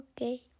Okay